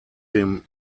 dem